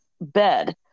bed